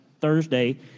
Thursday